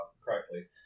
correctly